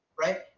right